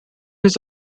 his